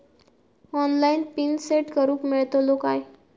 Online PIN set करूक मेलतलो काय?